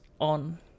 on